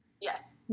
yes